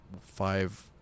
five